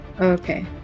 Okay